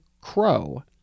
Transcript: crow